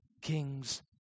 Kings